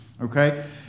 Okay